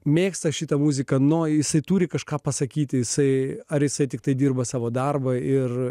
mėgsta šitą muziką nors jisai turi kažką pasakyti jisai ar jisai tiktai dirba savo darbą ir